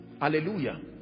Hallelujah